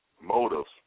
Motives